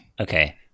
Okay